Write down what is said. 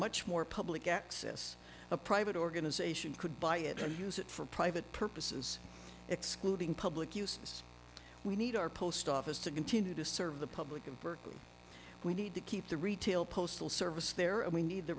much more public access a private organization could buy it or use it for private purposes excluding public uses we need our post office to continue to serve the public in berkeley we need to keep the retail postal service there and we need the